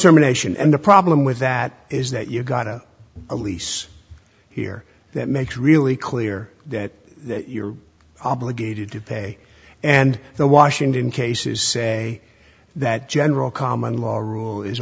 sermon nation and the problem with that is that you got a lease here that makes really clear that you're obligated to pay and the washington cases say that general common law rule is